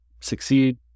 succeed